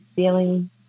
Feeling